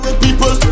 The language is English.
People